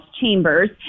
chambers